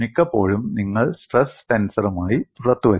മിക്കപ്പോഴും നിങ്ങൾ സ്ട്രെസ് ടെൻസറുമായി പുറത്തുവരും